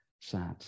sad